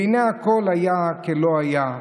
והינה, הכול היה כלא היה.